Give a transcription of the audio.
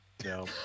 No